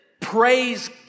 praise